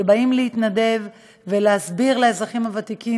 שבאים להתנדב ולהסביר לאזרחים הוותיקים